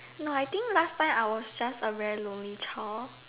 no I think last time I was just a very lonely child